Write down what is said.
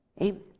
Amen